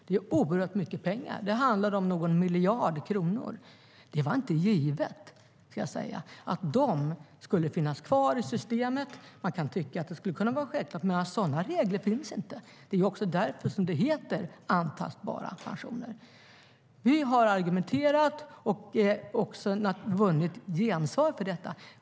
Det är oerhört mycket pengar - det handlar om någon miljard kronor. Det var inte givet, ska jag säga, att de skulle finnas kvar i systemet. Man kan tycka att det skulle kunna vara självklart, men några sådana regler finns inte. Det är också därför som det heter antastbara pensioner. Vi har argumenterat och vunnit gensvar för detta.